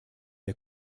der